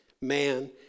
Man